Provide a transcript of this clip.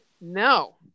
No